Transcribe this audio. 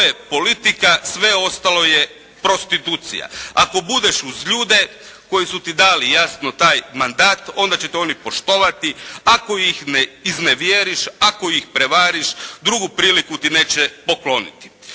To je politika, sve ostalo je prostitucija. Ako budeš uz ljude koji su ti dali jasno taj mandat, onda će te oni poštovati. Ako ih iznevjeriš, ako ih prevariš, drugu priliku ti neće pokloniti.